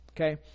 Okay